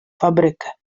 fabrykę